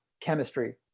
chemistry